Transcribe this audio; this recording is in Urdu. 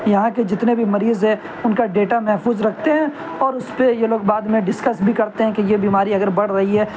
یہاں کے جتنے بھی مریض ہے ان کا ڈیٹا محفوظ رکھتے ہیں اور اس پہ یہ لوگ بعد میں ڈسکس بھی کرتے ہیں کہ یہ بیماری اگر بڑھ رہی ہے